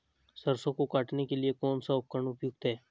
सरसों को काटने के लिये कौन सा उपकरण उपयुक्त है?